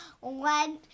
went